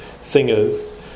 singers